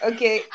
Okay